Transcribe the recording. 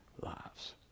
lives